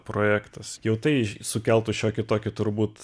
projektas jau tai sukeltų šiokį tokį turbūt